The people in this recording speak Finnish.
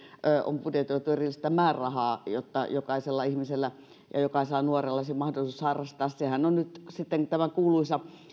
on budjetoitu erillistä määrärahaa jotta jokaisella ihmisellä ja jokaisella nuorella olisi mahdollisuus harrastaa sehän on nyt sitten tämä kuuluisa